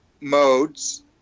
modes